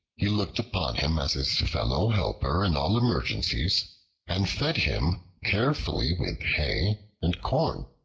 he looked upon him as his fellow-helper in all emergencies and fed him carefully with hay and corn.